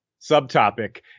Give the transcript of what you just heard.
subtopic